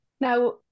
Now